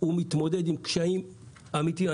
הוא מתמודד עם קשיים אמיתיים.